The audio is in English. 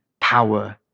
power